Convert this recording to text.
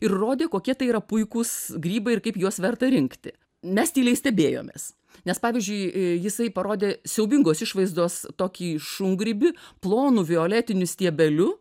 ir rodė kokie tai yra puikūs grybai ir kaip juos verta rinkti mes tyliai stebėjomės nes pavyzdžiui jisai parodė siaubingos išvaizdos tokį šungrybį plonu violetiniu stiebeliu